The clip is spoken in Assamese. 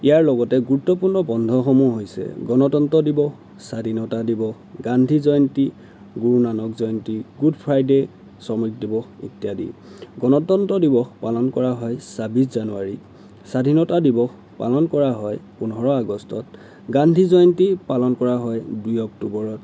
ইয়াৰ লগতে গুৰুত্বপূৰ্ণ বন্ধসমূহ হৈছে গণতন্ত্ৰ দিৱস স্বাধীনতা দিৱস গান্ধী জয়ন্তী গুৰু নানক জয়ন্তী গুড ফ্ৰাইডে শ্ৰমিক দিৱস ইত্যাদি গণতন্ত্ৰ দিৱস পালন কৰা হয় ছাব্বিছ জানুৱাৰী স্বাধীনতা দিৱস পালন কৰা হয় পোন্ধৰ আগষ্টত গান্ধী জয়ন্তী পালন কৰা হয় দুই অক্টোবৰত